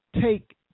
Take